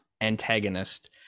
antagonist